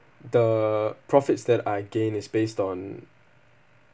the profits that I gain is based on